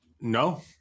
No